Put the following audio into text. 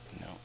No